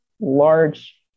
large